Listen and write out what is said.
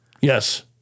Yes